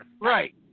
right